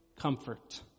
comfort